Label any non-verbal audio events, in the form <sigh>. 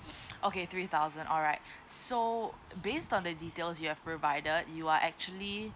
<breath> okay three thousand alright so based on the details you have provided you are actually